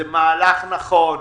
זה מהלך נכון.